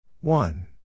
one